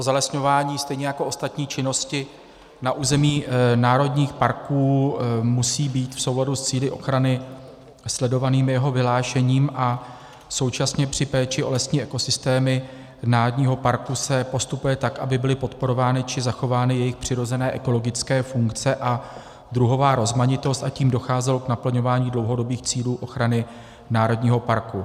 Zalesňování stejně jako ostatní činnosti na území národních parků musí být v souladu s cíli ochrany sledovanými jeho vyhlášením a současně při péči o lesní ekosystémy národního parku se postupuje tak, aby byly podporovány či zachovány jejich přirozené ekologické funkce a druhová rozmanitost, a tím docházelo k naplňování dlouhodobých cílů ochrany národního parku.